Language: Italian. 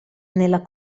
nella